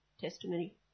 testimony